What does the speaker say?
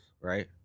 right